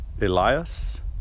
elias